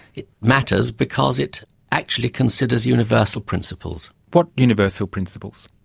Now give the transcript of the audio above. it matters because it actually considers universal principles. what universal principles?